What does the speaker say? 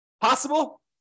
Possible